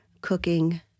cooking